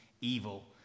evil